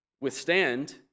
withstand